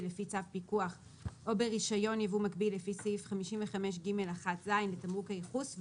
לפי צו פיקוח או ברישיון ייבוא מקביל לפי סעיף 55ג1(ז) לתמרוק הייחוס,